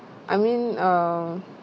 I mean uh